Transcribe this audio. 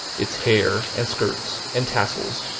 its hair, and skirts, and tassels,